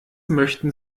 möchten